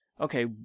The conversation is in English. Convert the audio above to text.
okay